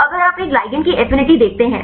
तो अगर आप एक ligand की एफिनिटी देखते हैं